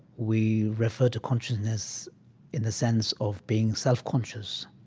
we refer to consciousness in a sense of being self-conscious.